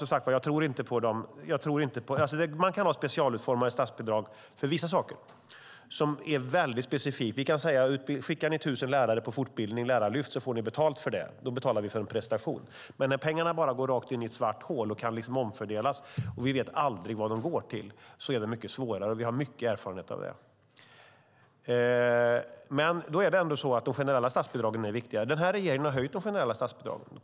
Man kan ha specialutformade statsbidrag för vissa väldigt specifika saker. Vi kan säga: Skicka ned tusen lärare på fortbildning och lärarlyft, så får ni betalt för det! Då betalar vi för en prestation. Men när pengarna bara går rakt in i ett svart hål och kan omfördelas är det mycket svårare; vi vet aldrig vad de går till. Vi har mycket erfarenhet av det. Men då är det ändå så att de generella statsbidragen är viktigare, och den här regeringen har höjt dem.